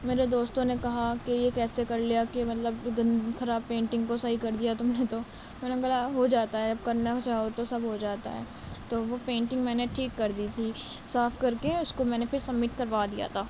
میرے دوستوں نے کہا کہ یہ کیسے کر لیا کہ مطلب خراب پینٹنگ کو صحیح کر دیا تم نے تو میں نے بولا ہو جاتا ہے کرنا چاہو تو سب ہو جاتا ہے تو وہ پینٹنگ میں نے ٹھیک کر دی تھی صاف کر کے اس کو میں نے پھر سبمٹ کروا دیا تھا